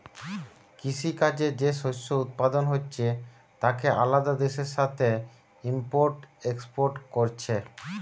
কৃষি কাজে যে শস্য উৎপাদন হচ্ছে তাকে আলাদা দেশের সাথে ইম্পোর্ট এক্সপোর্ট কোরছে